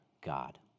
God